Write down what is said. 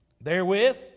Therewith